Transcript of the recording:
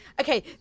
okay